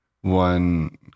one